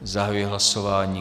Zahajuji hlasování.